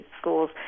schools